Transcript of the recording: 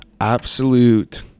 absolute